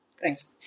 Thanks